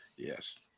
Yes